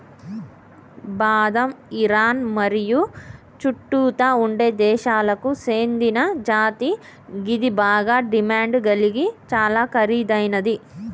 బాదం ఇరాన్ మరియు చుట్టుతా ఉండే దేశాలకు సేందిన జాతి గిది బాగ డిమాండ్ గలిగి చాలా ఖరీదైనది